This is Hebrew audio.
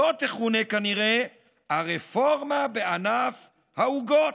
זו תכונה כנראה "הרפורמה בענף העוגות",